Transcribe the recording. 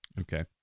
Okay